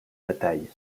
bataille